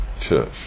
Church